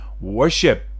Worship